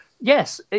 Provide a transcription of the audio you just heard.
Yes